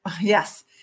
yes